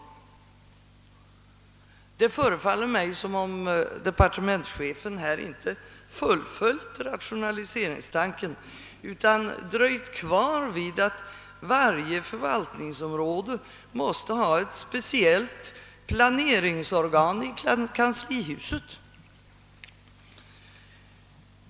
Det verkar som om departementschefen här inte fullföljt rationaliseringstanken utan dröjt kvar vid att varje förvaltningsområde måste ha ett speciellt planeringsorgan i Kanslihuset.